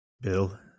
Bill